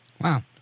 Wow